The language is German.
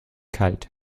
kalt